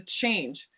change